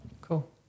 cool